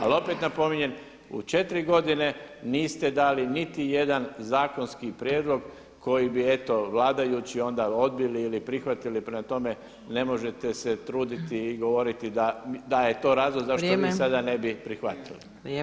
Ali opet napominjem u četiri godine niste dali niti jedan zakonski prijedlog koji bi eto vladajući onda odbili ili prihvatili, prema tome ne možete se truditi i govoriti da je to razlog zašto vi sada ne bi prihvatili.